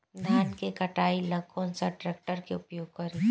धान के कटाई ला कौन सा ट्रैक्टर के उपयोग करी?